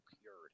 cured